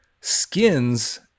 Skins